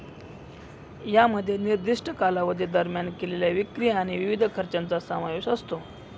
यामध्ये निर्दिष्ट कालावधी दरम्यान केलेल्या विक्री आणि विविध खर्चांचा समावेश असतो